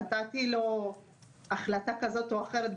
נתתי לו החלטה כזו או אחרת,